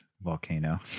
volcano